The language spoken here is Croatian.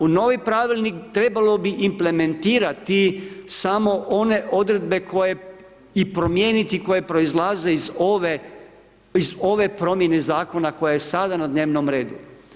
U novi pravilnik, trebalo bi implementirati, samo one odredbe i promijeniti, koje proizlaze iz ove promjene zakona koja je sada na dnevnom redu.